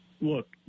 Look